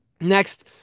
Next